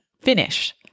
finish